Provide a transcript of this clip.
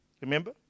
remember